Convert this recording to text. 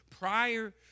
prior